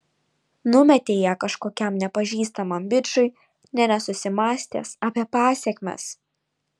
numetei ją kažkokiam nepažįstamam bičui nė nesusimąstęs apie pasekmes